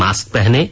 mask पहनें